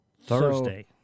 Thursday